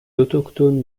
autochtones